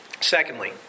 Secondly